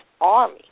Army